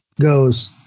goes